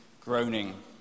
groaning